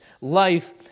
life